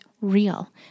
real